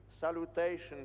salutation